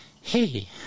Hey